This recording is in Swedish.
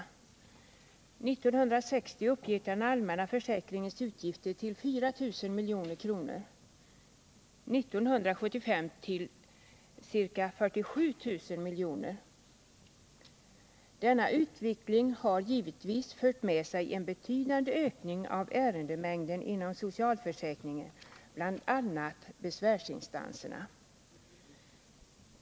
1960 uppgick den 197 Denna utveckling har givetvis fört med sig en betydande ökning av ärendemängden inom socialförsäkringen, bl.a. hos besvärsinstanserna.